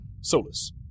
solus